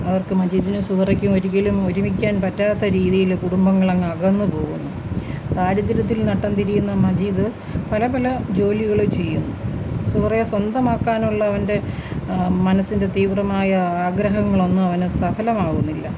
അവർക്ക് മജീദിനും സുഹറയ്ക്കും ഒരിക്കലും ഒരുമിക്കാൻ പറ്റാത്ത രീതിയില് കുടുംബങ്ങളങ്ങകന്ന് പോകുന്നു ദാരിദ്ര്യത്തിൽ നട്ടം തിരിയുന്ന മജീദ് പല പല ജോലികള് ചെയ്യും സുഹറയെ സ്വന്തമാക്കാനുള്ളവന്റെ മനസ്സിന്റെ തീവ്രമായ ആഗ്രഹങ്ങളൊന്നും അവന് സഫലമാവുന്നില്ല